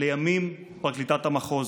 לימים פרקליטת המחוז.